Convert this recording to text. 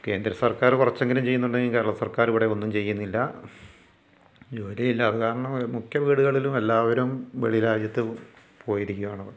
കേന്ദ്രസർക്കാർ കുറച്ചെങ്കിലും ചെയ്യുന്നുണ്ട് കേരളസർക്കാർ ഇവിടെ ഒന്നും ചെയ്യുന്നില്ല ജോലിയില്ല അത് കാരണം മുഖ്യ വീടുകളിലും എല്ലാവരും വെളി രാജ്യത്ത് പോയിരിക്കുകയാണ്